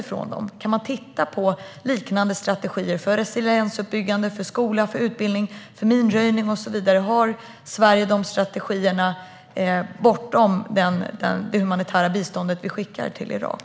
Går det att titta på liknande strategier för resiliensuppbyggande, för skola och utbildning, för minröjning och så vidare? Har Sverige strategier bortom det humanitära biståndet som skickas till Irak?